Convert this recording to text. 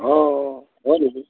अँ हो नि